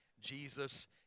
Jesus